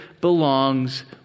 belongs